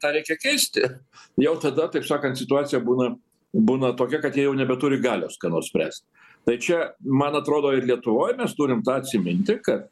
tą reikia keisti jau tada taip sakant situacija būna būna tokia kad jie jau nebeturi galios ką nors spręst tai čia man atrodo ir lietuvoj mes turim tą atsiminti kad